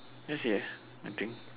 can't see eh I think